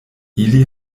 ili